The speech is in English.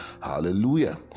Hallelujah